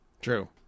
True